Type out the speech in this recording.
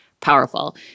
powerful